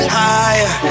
higher